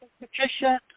Patricia